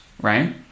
right